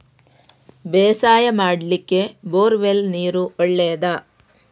ಬೇಸಾಯ ಮಾಡ್ಲಿಕ್ಕೆ borewell ನೀರು ಒಳ್ಳೆಯದಾ?